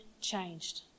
changed